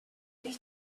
they